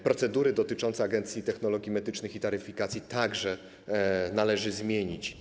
Procedury dotyczące Agencji Oceny Technologii Medycznych i Taryfikacji także należy zmienić.